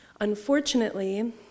Unfortunately